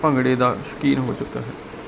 ਭੰਗੜੇ ਦਾ ਸ਼ਕੀਨ ਹੋ ਚੁੱਕਾ ਹੈ